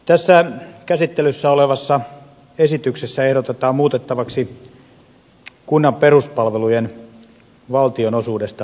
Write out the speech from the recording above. tässä käsittelyssä olevassa esityksessä ehdotetaan muutettavaksi kunnan peruspalvelujen valtionosuudesta annettua lakia